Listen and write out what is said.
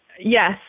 Yes